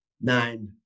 nine